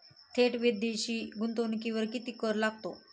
थेट विदेशी गुंतवणुकीवर किती कर लागतो?